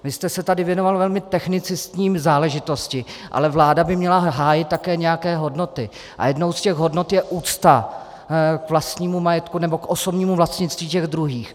Vy jste se tady věnoval velmi technicistní záležitosti, ale vláda by měla hájit také nějaké hodnoty, a jednou z těch hodnot je úcta k vlastnímu majetku nebo k osobnímu vlastnictví těch druhých.